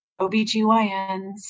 OBGYNs